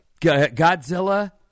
Godzilla